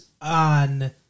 on